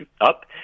up